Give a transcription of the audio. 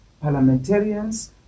parliamentarians